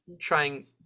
trying